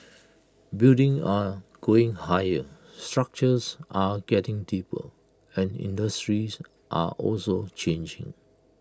buildings are going higher structures are getting deeper and industries are also changing